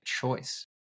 choice